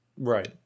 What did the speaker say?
Right